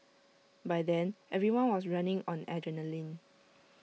by then everyone was running on adrenaline